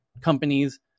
companies